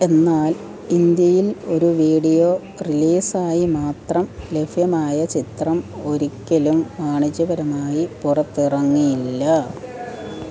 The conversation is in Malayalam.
എന്നാൽ ഇന്ത്യയിൽ ഒരു വീഡിയോ റിലീസായി മാത്രം ലഭ്യമായ ചിത്രം ഒരിക്കലും വാണിജ്യപരമായി പുറത്തിറങ്ങിയില്ല